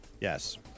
Yes